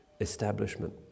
establishment